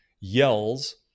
yells